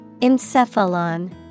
Encephalon